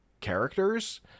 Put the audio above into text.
characters